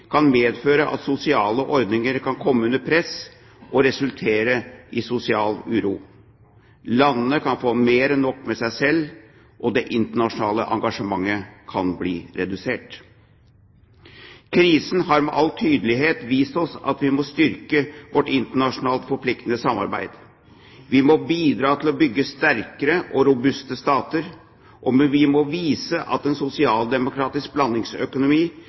kan medføre at sosiale ordninger kan komme under press og resultere i sosial uro. Landene kan få mer enn nok med seg selv, og det internasjonale engasjementet kan bli redusert. Krisen har med all tydelighet vist oss at vi må styrke vårt internasjonalt forpliktende samarbeid. Vi må bidra til å bygge sterkere og robuste stater, og vi må vise at en sosialdemokratisk blandingsøkonomi